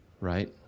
right